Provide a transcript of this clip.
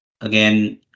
again